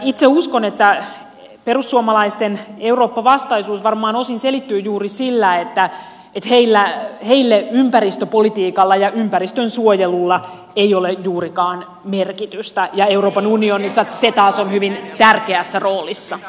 itse uskon että perussuomalaisten eurooppa vastaisuus varmaan osin selittyy juuri sillä että heille ympäristöpolitiikalla ja ympäristönsuojelulla ei ole juurikaan merkitystä ja euroopan unionissa se taas on hyvin tärkeässä roolissa